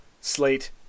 Slate